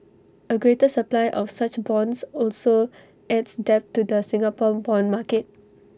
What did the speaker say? A greater supply of such bonds also adds depth to the Singapore Bond market